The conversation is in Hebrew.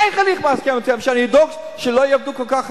איך אני מעכב את ההסכם כשאני דואג שלא יעבדו כל כך הרבה?